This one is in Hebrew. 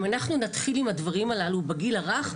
אם אנחנו נתחיל עם הדברים הללו בגיל הרך,